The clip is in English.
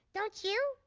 don't you?